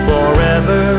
Forever